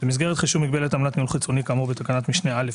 במסגרת חישוב מגבלת עמלת ניהול חיצוני כאמור בתקנת משנה (א),